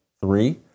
Three